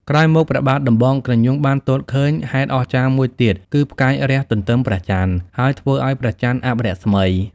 ក្រោយមក ព្រះបាទដំបងក្រញូងបានទតឃើញហេតុអស្ចារ្យមួយទៀត គឺផ្កាយរះទន្ទឹមព្រះច័ន្ទ ហើយធ្វើឱ្យព្រះច័ន្ទអាប់រស្មី ។